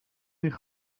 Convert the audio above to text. niet